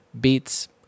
beats